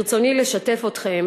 ברצוני לשתף אתכם